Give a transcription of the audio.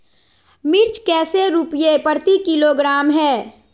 मिर्च कैसे रुपए प्रति किलोग्राम है?